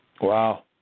Wow